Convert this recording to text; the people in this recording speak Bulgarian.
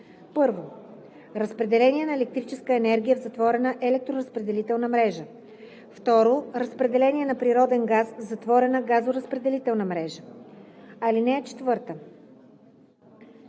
за: 1. разпределение на електрическа енергия в затворена електроразпределителна мрежа; 2. разпределение на природен газ в затворена газоразпределителна мрежа. (14) Лицензия